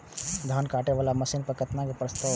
धान काटे वाला मशीन पर केतना के प्रस्ताव हय?